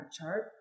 chart